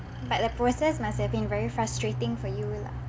but the process must have been very frustrating for you lah